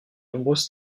nombreuses